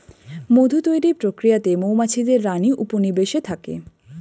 মধু তৈরির প্রক্রিয়াতে মৌমাছিদের রানী উপনিবেশে থাকে